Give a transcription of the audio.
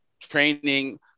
training